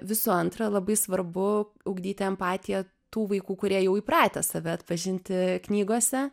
visų antra labai svarbu ugdyti empatiją tų vaikų kurie jau įpratę save atpažinti knygose